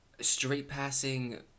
straight-passing